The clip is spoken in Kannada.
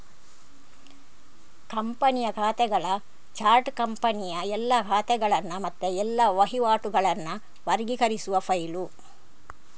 ಕಂಪನಿಯ ಖಾತೆಗಳ ಚಾರ್ಟ್ ಕಂಪನಿಯ ಎಲ್ಲಾ ಖಾತೆಗಳನ್ನ ಮತ್ತೆ ಎಲ್ಲಾ ವಹಿವಾಟುಗಳನ್ನ ವರ್ಗೀಕರಿಸುವ ಫೈಲು